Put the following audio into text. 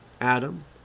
Adam